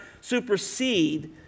supersede